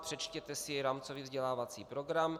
Přečtěte si rámcový vzdělávací program.